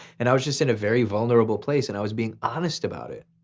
and i was just in a very vulnerable place and i was being honest about it.